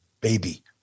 baby